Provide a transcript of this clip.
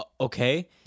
okay